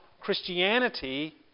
Christianity